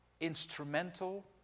instrumental